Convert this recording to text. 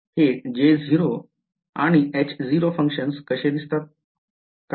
हे J0 आणि H0 functions कसे दिसतात